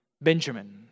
Benjamin